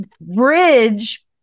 bridge